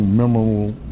memorable